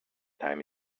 time